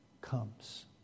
comes